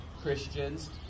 Christians